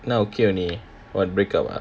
எல்லாம்:ellam okay only [what] break up ah